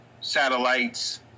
satellites